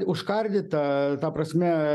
užkardyta ta prasme